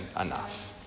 enough